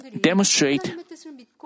demonstrate